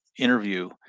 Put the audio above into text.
interview